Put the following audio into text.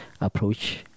approach